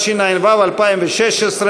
התשע"ו 2016,